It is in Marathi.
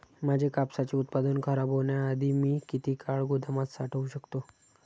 माझे कापसाचे उत्पादन खराब होण्याआधी मी किती काळ गोदामात साठवू शकतो?